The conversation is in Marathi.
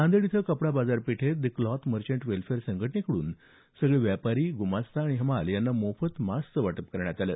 नांदेड इथं कपडा बाजार पेठेत दि क्लॉथ मर्चंट वेलफेयर संघटनेकडून सर्व व्यापारी ग्रमास्ता हमाल यांना मोफत मास्क वाटप करण्यात आलं